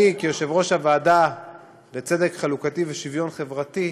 אני, כיושב-ראש הוועדה לצדק חלוקתי ושוויון חברתי,